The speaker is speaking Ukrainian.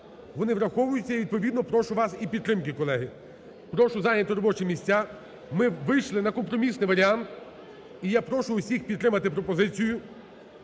вони враховуються, і відповідно прошу вас і підтримки, колеги. Прошу зайняти робочі місця. Ми вийшли на компромісний варіант, і я прошу усіх підтримати пропозицію